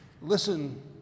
listen